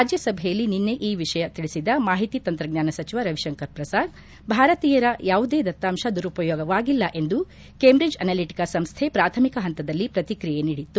ರಾಜ್ಯಸಭೆಯಲ್ಲಿ ನಿನ್ನೆ ಈ ವಿಷಯ ತಿಳಿಸಿದ ಮಾಹಿತಿ ತಂತ್ರಜ್ಞಾನ ಸಚಿವ ರವಿಶಂಕರ ಪ್ರಸಾದ್ ಭಾರತೀಯರ ಯಾವುದೇ ದತ್ತಾಂಶ ದುರುಪಯೋಗವಾಗಿಲ್ಲ ಎಂದು ಕೇಂಬ್ರಿಡ್ಜ್ ಅನಾಲಿಟಕ ಸಂಸ್ವೆ ಪ್ರಾಥಮಿಕ ಹಂತದಲ್ಲಿ ಪ್ರಕ್ರಿಯೆ ನೀಡಿತ್ತು